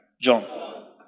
John